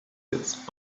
its